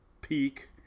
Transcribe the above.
peak